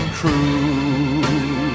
true